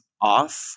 off